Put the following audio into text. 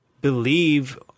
believe